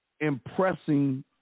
impressing